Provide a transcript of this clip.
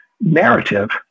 narrative